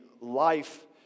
life